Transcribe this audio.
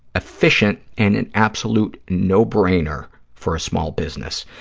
efficient and an absolute no-brainer for a small business.